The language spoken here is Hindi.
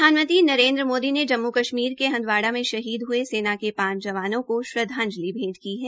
प्रधानमंत्री नरेन्द्र मोदी ने जम्मू कश्मीर के हंदवाड़ा में शहीद ह्ये सेना के पाच जवानों को श्रद्वांजलि भैंट की है